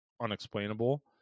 unexplainable